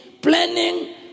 planning